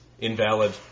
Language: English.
invalid